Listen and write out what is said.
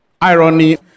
irony